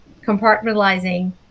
compartmentalizing